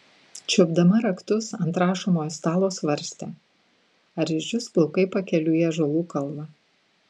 čiuopdama raktus ant rašomojo stalo svarstė ar išdžius plaukai pakeliui į ąžuolų kalvą